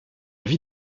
vie